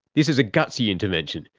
this is a gutsy intervention,